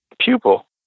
pupil